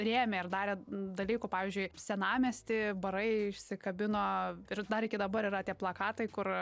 rėmė ir darė dalykų pavyzdžiui senamiesty barai išsikabino ir dar iki dabar yra tie plakatai kur